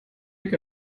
mit